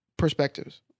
Perspectives